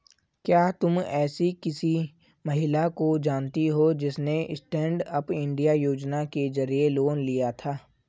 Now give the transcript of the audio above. क्या तुम एसी किसी महिला को जानती हो जिसने स्टैन्डअप इंडिया योजना के जरिए लोन लिया था?